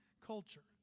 culture